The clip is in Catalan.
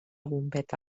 bombeta